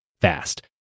fast